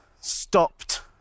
stopped